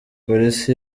polisi